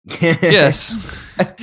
Yes